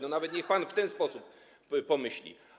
Nawet niech pan w ten sposób pomyśli.